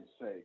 say